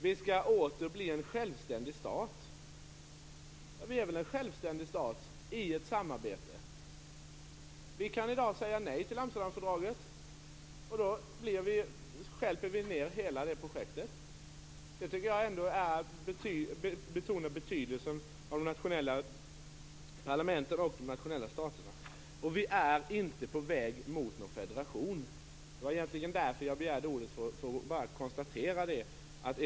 Vi skall åter bli en självständig stat, säger hon. Men vi är väl en självständig stat, som deltar i ett samarbete. Vi kan i dag säga nej till Amsterdamfördraget, och då stjälper vi hela det projektet. Det tycker jag betonar betydelsen av de nationella parlamenten och de enskilda staterna. Vi är heller inte på väg mot en federation. Det var egentligen därför, för att bara konstatera det, som jag begärde ordet.